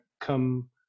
come